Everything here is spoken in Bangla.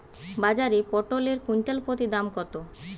বাজারে পটল এর কুইন্টাল প্রতি দাম কত?